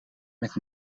met